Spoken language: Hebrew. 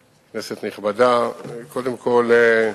כנסת נכבדה, קודם כול,